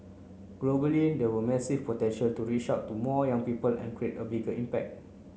globally there were massive potential to reach out to more young people and create a bigger impact